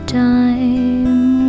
time